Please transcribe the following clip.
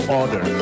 order